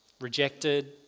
Rejected